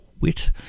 wit